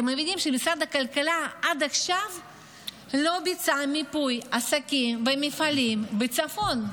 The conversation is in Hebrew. אתם מבינים שעד עכשיו משרד הכלכלה לא ביצע מיפוי עסקים ומפעלים בצפון?